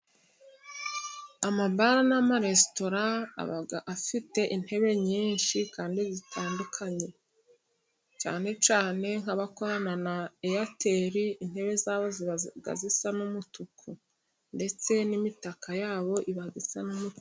Amabare n'amaresitora aba afite intebe nyinshi kandi zitandukanye, cyane cyane nkabakorana na eyateri, intebe zabo ziba zisa n'umutuku ndetse n'imitaka yabo iba isa n'umutuku.